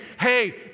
hey